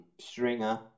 Stringer